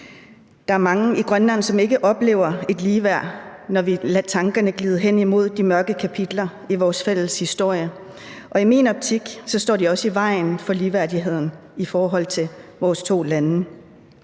Der er mange i Grønland, der ikke oplever et ligeværd, når vi lader tankerne glide hen imod de mørke kapitler i vores fælles historie, og i min optik står de også i vejen for ligeværdigheden mellem vores to lande.